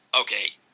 okay